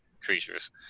creatures